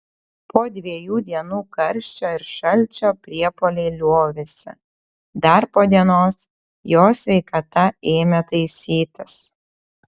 po dviejų dienų karščio ir šalčio priepuoliai liovėsi dar po dienos jo sveikata ėmė taisytis